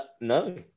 no